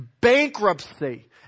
bankruptcy